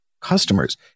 customers